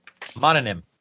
mononym